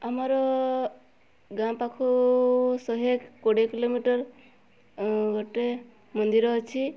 ଆମର ଗାଁ ପାଖୁ ଶହେ କୋଡ଼ିଏ କିଲୋମିଟର ଗୋଟେ ମନ୍ଦିର ଅଛି